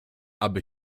aby